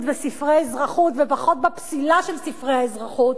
וספרי אזרחות ופחות בפסילה של ספרי האזרחות,